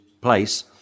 place